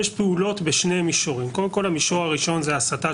יש פעולות בשני מישורים: המישור הראשון זה הסתה